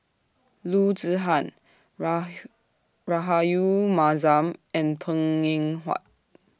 Loo Zihan Rahayu Mahzam and Png Eng Huat